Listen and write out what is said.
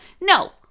no